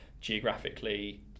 geographically